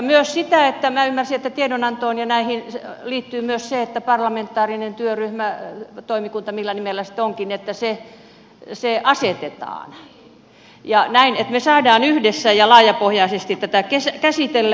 minä ymmärsin että tiedonantoon ja näihin liittyy myös se että parlamentaarinen työryhmä toimikunta millä nimellä se sitten onkin asetetaan ja näin me saamme yhdessä ja laajapohjaisesti tätä käsitellä